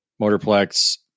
Motorplex